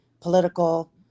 political